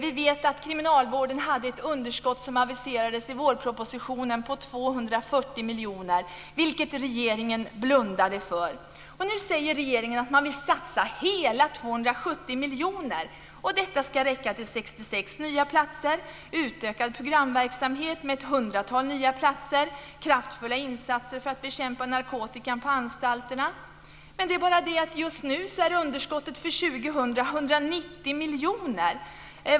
Vi vet att kriminalvården hade ett underskott som aviserades i vårpropositionen med 240 miljoner, vilket regeringen blundade för. Nu säger regeringen att man vill satsa hela 270 miljoner, och detta ska räcka till 66 nya platser, till utökad programverksamhet med ett hundratal nya platser och till kraftfulla insatser för att bekämpa narkotikan på anstalterna. Men såvitt vi vet nu är underskottet för 2000 190 miljoner.